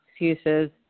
excuses